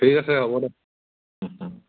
ঠিক আছে হ'ব দে